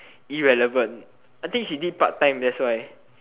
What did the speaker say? irrelevant I think she did part-time that's why